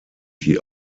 die